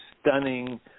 stunning